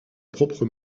propre